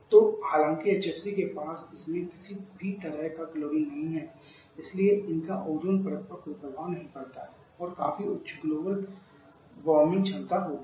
तो हालांकि HFC के पास इसमें किसी भी तरह का क्लोरीन नहीं है इसलिए इनका ओजोन परत पर कोई प्रभाव नहीं पड़ता है और काफी उच्च ग्लोबल वार्मिंग क्षमता होती है